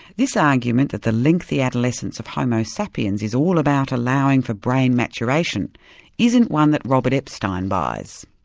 this argument that the lengthy adolescence of homo sapiens is all about allowing for brain maturation isn't one that robert epstein buys.